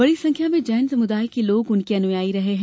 बड़ी संख्या में जैन समुदाय के लोग उनके अनुयायी रहे हैं